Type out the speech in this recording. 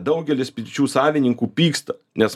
daugelis pirčių savininkų pyksta nes